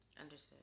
Understood